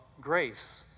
grace